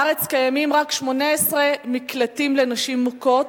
בארץ קיימים רק 18 מקלטים לנשים מוכות,